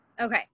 Okay